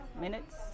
minutes